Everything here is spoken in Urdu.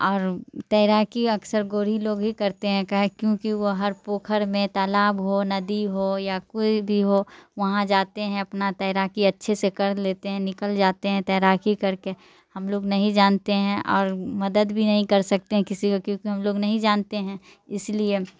اور تیراکی اکثر گورھی لوگ ہی کرتے ہیں کاہے کیونکہ وہ ہر پوکھر میں تالاب ہو ندی ہو یا کوئی بھی ہو وہاں جاتے ہیں اپنا تیراکی اچھے سے کر لیتے ہیں نکل جاتے ہیں تیراکی کر کے ہم لوگ نہیں جانتے ہیں اور مدد بھی نہیں کر سکتے کسی کو کیونکہ ہم لوگ نہیں جانتے ہیں اس لیے